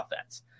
offense